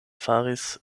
faris